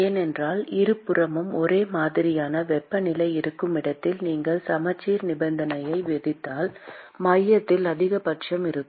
ஏனென்றால் இருபுறமும் ஒரே மாதிரியான வெப்பநிலை இருக்கும் இடத்தில் நீங்கள் சமச்சீர் நிபந்தனையை விதித்தால் மையத்தில் அதிகபட்சம் இருக்கும்